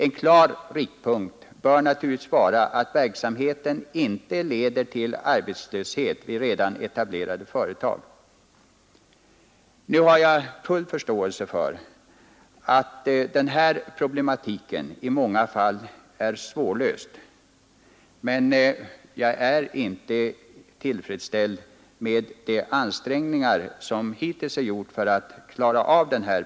En klar riktpunkt bör naturligtvis vara att verksamheten inte leder till arbetslöshet vid redan etablerade företag. Jag har full förståelse för att problematiken i många fall är svårlöst, men jag är inte tillfredsställd med de ansträngningar som hittills gjorts för att klara den.